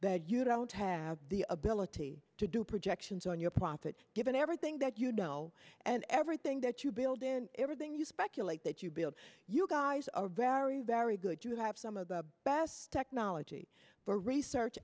that you don't have the ability to do projections on your profits given everything that you know and everything that you build everything you speculate that you build you guys are very very good you have some of the best technology for research